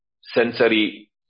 sensory